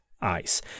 ice